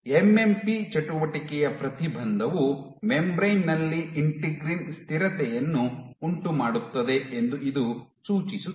MMP ಚಟುವಟಿಕೆಯ ಪ್ರತಿಬಂಧವು membrane ನಲ್ಲಿ ಇಂಟಿಗ್ರೀನ್ ಸ್ಥಿರತೆಯನ್ನು ಉಂಟುಮಾಡುತ್ತದೆ ಎಂದು ಇದು ಸೂಚಿಸುತ್ತದೆ